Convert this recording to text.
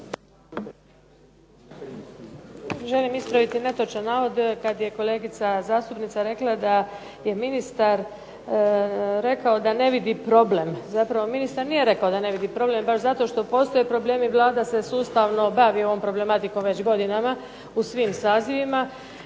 Želim ispraviti netočan navod koji je kolegica zastupnica rekla da je ministar rekao da ne vidi problem, zapravo ministar nije rekao da ne vidi problem. Baš zato što postoje problemi Vlada se već sustavno bavi ovom problematikom već godina u svim sazivima